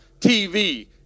TV